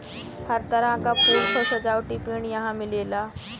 हर तरह क फूल, फल, सजावटी पेड़ यहां मिलेला